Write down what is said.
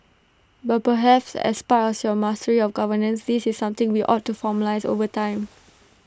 but perhaps as part as your mastery of governance this is something we ought to formalise over time